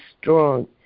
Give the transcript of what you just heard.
strong